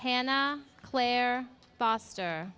hannah claire foster